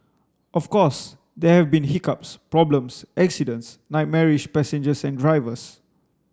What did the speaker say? of course there have been hiccups problems accidents nightmarish passengers and drivers